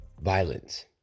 violence